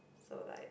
so like